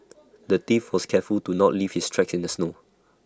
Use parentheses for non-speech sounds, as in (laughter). (noise) the thief was careful to not leave his tracks in the snow